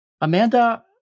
Amanda